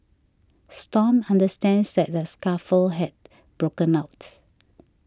stomp understands that a scuffle had broken out